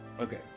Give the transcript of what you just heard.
Okay